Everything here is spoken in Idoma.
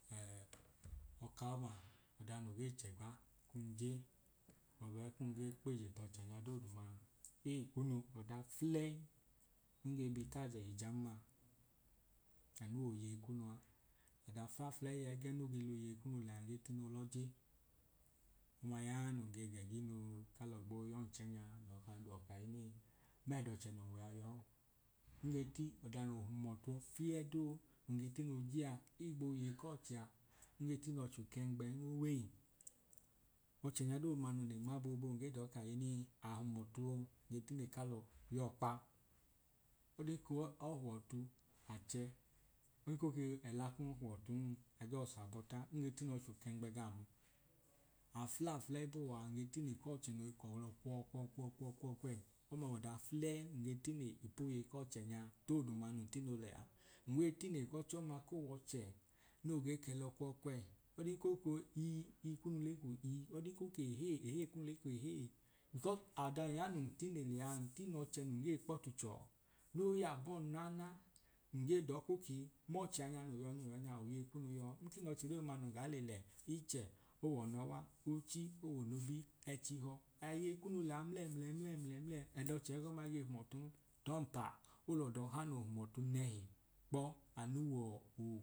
ọka ọma ọda no ge chẹ gba nun je gbọbu ee kun gee kp'ije t'ọchẹnya doodumaa ei kunu, ọda fulẹi nun ge bi taajẹ hijan ma anu w'oyei kunu a. ọda fafulẹi a ẹgẹ no ge loyei kunu lẹyaa ngee tino l'ọje ọma yaa nun ge g'ẹginu kalọ gboo y'ọnchẹnyaa, nl'ọka duọ kahinii mẹẹ dọchẹ nun wẹa yọọn. ọda no hum ọtu fieduu nun ge tino je a higbo yei k'ọchẹ a nge tinọ cho kẹngbẹn owei, ọchẹnya dooduma nun le ma boobu nge dọọ kahinii ahum ọtuon nke tine kalọ yọọkpa, ọdan ko huwọ ọtu achẹ nko ke ẹla kum nhuọọtun ajọs habọọ ta nge tinọ cho kẹngbẹ gam. afulẹi afulẹyi kuwaa nge tine k'ọche noi kelọ kwọ kwọ kwọ kwọ kwẹyi, ọma w'ọda fulẹi nun ge tine ipoyei k'ọchẹnyaa dooduma nun tino lẹ a. nwe tine k'ọchọma k'owọchẹ no ge kẹlọ kwọ kwẹyi ọdin ko kọ ii ii kunu leku ii ọdin ko k'ehee ehee kunu le k'ehee because ọda no ya nun tine liya ntinọ chẹ nun gee kpọtu chọọ no y'abọọn naana ngee dọọ ko kee m'ọchẹanya no yọ no yọ nya oyei kunu yọọ ntin'ọchẹ dooduma nun gaa l'elẹ ichẹ ow'ọnọwa ochi o'wonobi, ẹchihọ oyei kunu liya mlẹ mlẹ mlẹmlẹ mlẹ ed'ọchẹ ẹgọma ige hum ọtun. Tọọmpa olodọha noo hum ọtu nẹhi kpọ anu wọọ ọ